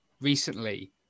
recently